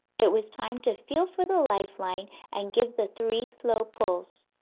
it was time to feel for the life-line and give the three slow pulls.